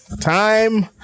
Time